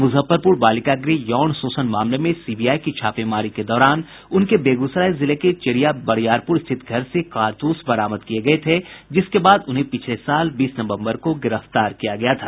मुजफ्फरपुर बालिका गृह यौन शोषण मामले में सीबीआई की छापेमारी के दौरान उनके बेगूसराय जिले के चेरिया बरियारपुर स्थित घर से कारतूस बरामद किये गये थे जिसके बाद उन्हें पिछले साल बीस नवम्बर को गिरफ्तार किया गया था